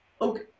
okay